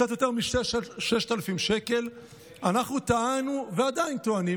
קצת יותר מ-6,000 שקל .אנחנו טענו ועדיין טוענים